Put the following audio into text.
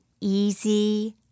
easy